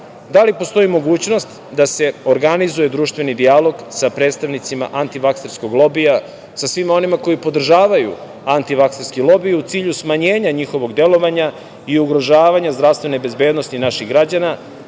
Da li postoji mogućnost da se organizuje društveni dijalog sa predstavnicima antivakserskog lobija, sa svima onima koji podržavaju antivaserski lobi u cilju smanjenja njihovog delovanja i ugrožavanja zdravstvene bezbednosti naših građana,